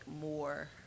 more